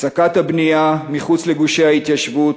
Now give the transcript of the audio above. הפסקת הבנייה מחוץ לגושי ההתיישבות